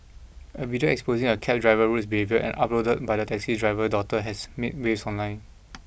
a video exposing a cabdriver rudes behaviour and uploaded by the taxi driver daughter has made waves online